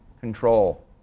control